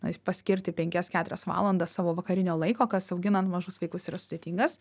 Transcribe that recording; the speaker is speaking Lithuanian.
tenais paskirti penkias keturias valandas savo vakarinio laiko kas auginant mažus vaikus yra sudėtingas